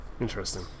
Interesting